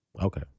okay